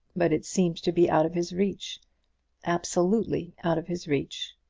but it seemed to be out of his reach absolutely out of his reach.